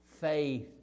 faith